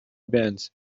bands